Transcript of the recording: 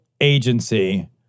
agency